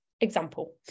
example